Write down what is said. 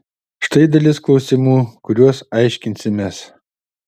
štai dalis klausimų kuriuos aiškinsimės